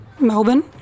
Melbourne